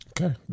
Okay